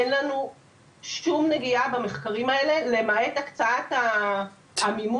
אין לנו שום נגיעה במחקרים האלה למעט הקצאת המימון,